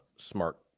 Smart